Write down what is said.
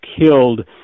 killed